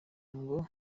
ngo